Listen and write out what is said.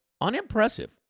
unimpressive